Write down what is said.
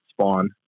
spawn